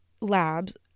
labs